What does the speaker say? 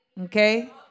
Okay